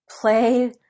play